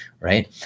right